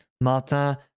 Martin